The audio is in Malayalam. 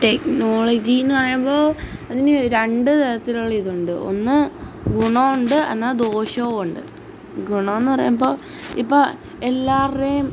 ടെക്നോളോജി എന്നു പറയുമ്പോള് അതിന് രണ്ട് തരത്തിലുള്ള ഇതുണ്ട് ഒന്ന് ഗുണവുമുണ്ട് എന്നാല് ദോഷവും ഉണ്ട് ഗുണമെന്ന് പറയുമ്പോള് ഇപ്പോള് എല്ലാവരുടെയും